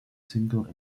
single